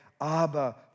Abba